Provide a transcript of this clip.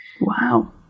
wow